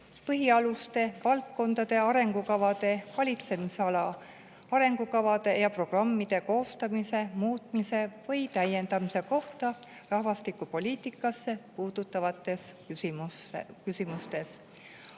põhialuste, valdkondade arengukavade, valitsemisala arengukavade ja programmide koostamise, muutmise või täiendamise kohta rahvastikupoliitikasse puutuvates küsimustes;